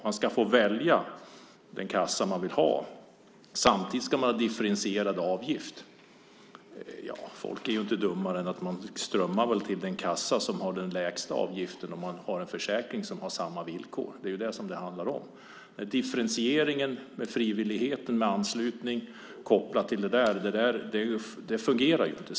Man ska ju få välja kassa. Samtidigt ska det vara differentierad avgift. Men människor är väl inte dummare än att de strömmar till den kassa som har den lägsta avgiften om det finns en försäkring med samma villkor. Det är ju det som det handlar om. Differentieringen ihop med frivilligheten och anslutningen fungerar ju inte.